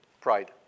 pride